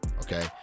okay